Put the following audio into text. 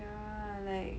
ya like